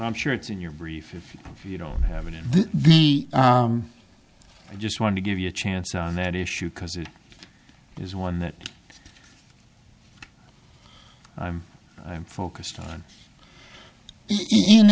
i'm sure it's in your brief if you don't have it in the i just want to give you a chance on that issue because it is one that i am focused on